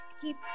keep